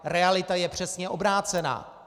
Realita je přesně obrácená.